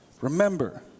remember